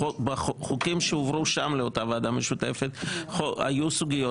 בחוקים שהועברו שם לאותה ועדה משותפת היו סוגיות